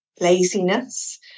laziness